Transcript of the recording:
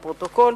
לפרוטוקול,